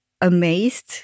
amazed